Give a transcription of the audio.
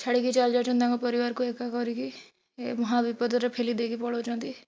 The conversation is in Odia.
ଛାଡ଼ିକି ଚାଲିଯାଉଛନ୍ତି ତାଙ୍କ ପରିବାରକୁ ଏକା କରିକି ଏ ମହାବିପଦରେ ପେଲି ଦେଇକି ପଳାଉଛନ୍ତି